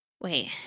Wait